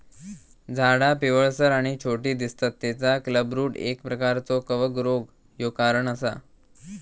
झाडा पिवळसर आणि छोटी दिसतत तेचा क्लबरूट एक प्रकारचो कवक रोग ह्यो कारण असा